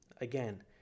again